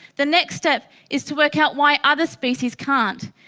the next step is to work out why other species can't.